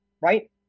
right